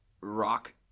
rock